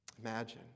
Imagine